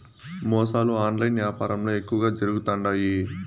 మోసాలు ఆన్లైన్ యాపారంల ఎక్కువగా జరుగుతుండాయి